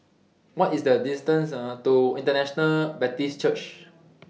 What IS The distance to International Baptist Church